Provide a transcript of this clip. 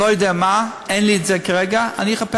אני לא יודע מה, אין לי כרגע, אני אחפש.